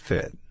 Fit